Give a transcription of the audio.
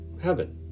heaven